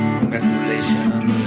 Congratulations